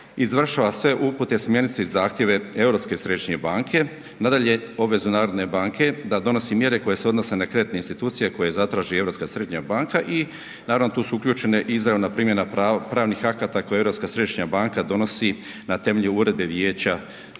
izvršava sve upute, smjernice i zahtjeve Europske središnje banke. Nadalje, obvezu HNB-a da donosi mjere koje se odnose na kreditne institucije koje zatraži Europska središnja banka i naravno tu su uključene izravna primjena pravnih akata koje Europska središnja banka donosi na temelju Uredbe vijeća